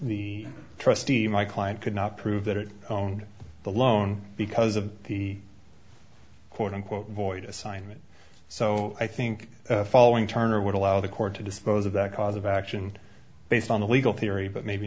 the trustee my client could not prove that it on the loan because of the quote unquote void assignment so i think following turner would allow the court to dispose of that cause of action based on the legal theory but maybe